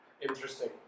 Interesting